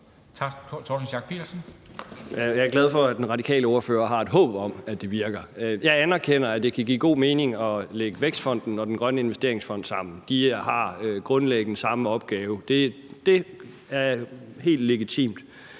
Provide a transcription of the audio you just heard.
Jeg er glad for, at den radikale ordfører har et håb om, at det virker. Jeg anerkender, at det kan give god mening at lægge Vækstfonden og Den Grønne Investeringsfond sammen. De har grundlæggende den samme opgave. Det er helt legitimt.